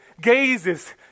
gazes